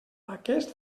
aquest